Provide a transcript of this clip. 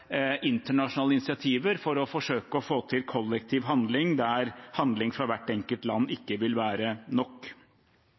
internasjonale initiativer for å forsøke å få til kollektiv handling der handling fra hvert enkelt land